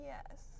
Yes